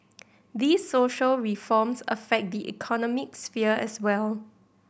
these social reforms affect the economic sphere as well